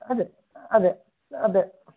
ಅದೇ ಅದೇ ಅದೇ